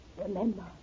Remember